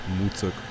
Muzak